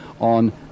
on